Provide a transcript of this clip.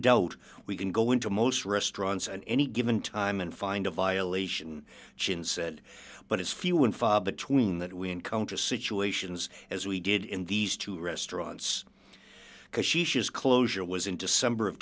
doubt we can go into most restaurants on any given time and find a violation gin said but it's few and far between that we encounter situations as we did in these two restaurants because she shows closure was in december of